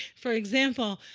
for example,